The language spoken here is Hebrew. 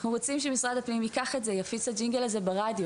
ואנחנו רוצים שמשרד הפנים ייקח את זה ויפיץ את הג'ינגל הזה ברדיו.